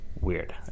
weird